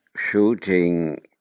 shooting